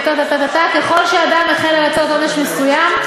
ככל שאדם החל לרצות עונש מסוים,